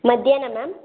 ಮಧ್ಯಾಹ್ನ ಮ್ಯಾಮ್